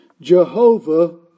Jehovah